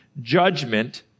judgment